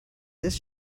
this